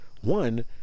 one